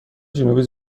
جنوبی